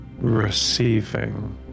Receiving